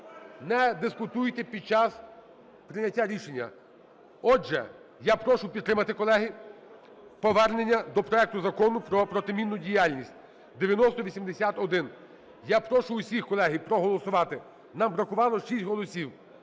Не дискутуйте під час прийняття рішення. Отже, я прошу підтримати, колеги, повернення до проекту Закону про протимінну діяльність (9080-1). Я прошу всіх, колеги, проголосувати. Нам бракувало 6 голосів.